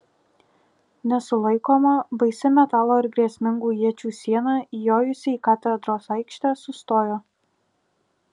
nesulaikoma baisi metalo ir grėsmingų iečių siena įjojusi į katedros aikštę sustojo